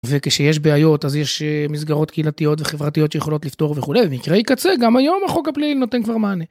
וכשיש בעיות אז יש מסגרות קהילתיות וחברתיות שיכולות לפתור וכולי, ומקרי קצה, גם היום החוק הפלילי נותן כבר מענה.